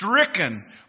Stricken